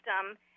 system